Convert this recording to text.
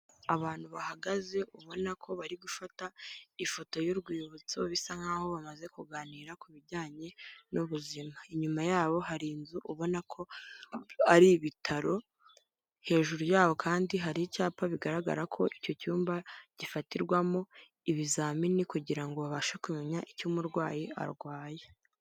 Abantu bahagaze ubona ko bari gufata ifoto y'urwibutso, bisa nk'aho bamaze kuganira ku bijyanye n'ubuzima. Inyuma yabo hari inzu ubona ko ari ibitaro, hejuru yabo kandi hari icyapa bigaragara ko icyo cyumba gifatirwamo ibizamini kugirango babashe kumenya icyo umurwayi arwaye.